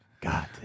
God